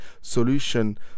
solution